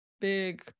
big